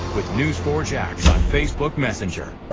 with news four jax on facebook messenger.